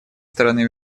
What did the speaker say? стороны